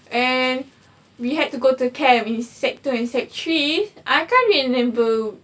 and we had to go to camp in sec two in sec three I can't remember